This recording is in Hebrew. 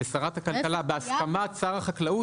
ושרת הכלכלה בהסכמת שר החקלאות,